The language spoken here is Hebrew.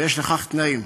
ויש לכך תנאים.